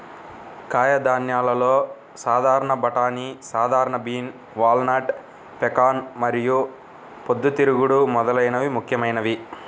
కాయధాన్యాలలో సాధారణ బఠానీ, సాధారణ బీన్, వాల్నట్, పెకాన్ మరియు పొద్దుతిరుగుడు మొదలైనవి ముఖ్యమైనవి